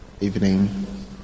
evening